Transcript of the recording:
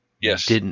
Yes